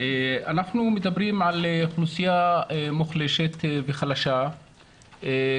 אנחנו מדברים על אוכלוסייה מוחלשת וחלשה,